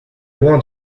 loin